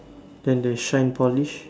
then the shine polish